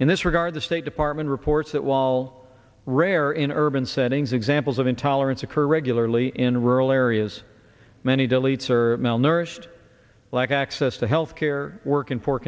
in this regard the state department reports that wall rare in urban settings examples of intolerance occur regularly in rural areas many deletes are malnourished lack access to health care work in